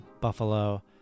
Buffalo